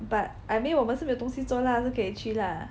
but I mean 我们是没有东西做啦是可以去啦